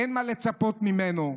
אין מה לצפות ממנו.